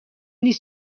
نیز